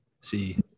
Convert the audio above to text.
see